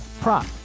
prop